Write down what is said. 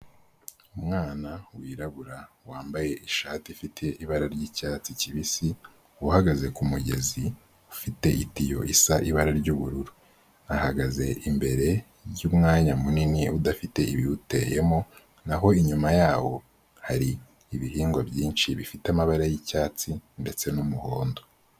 Umwana wirabura wambaye ishati ifite ibara ry'icyatsi kibisi, uhagaze ku mugezi ufite itiyo isa ibara ry'ubururu. Ahagaze imbere y'umwanya munini udafite ibiwuteyemo, naho inyuma yaho hari ibihingwa byinshi bifite amabara y'icyatsi ndetse n'umuhondo.